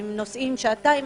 והם נוסעים שעתיים